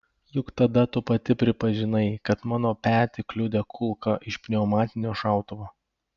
juk tada tu pati pripažinai kad mano petį kliudė kulka iš pneumatinio šautuvo